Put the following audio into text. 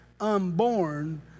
unborn